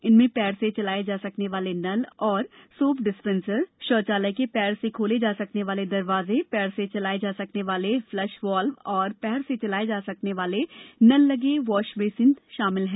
इनमें पैर से चलाए जा सकने वाले नल और सोप डिस्पेंसर शौचालय के पैर से खोले जा सकने वाले दरवाजे पैर से चलाए जा सकने वाले फ्लशवॉल्व और पैर से चलाए सकने वाले नल लगे वॉशबेसिन शामिल हैं